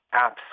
apps